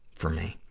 for me.